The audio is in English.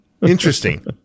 interesting